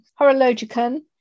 Horologicon